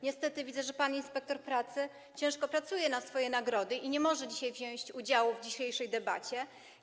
Niestety widzę, że pan inspektor pracy ciężko pracuje na swoje nagrody i nie może wziąć udziału w dzisiejszej debacie.